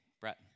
Brett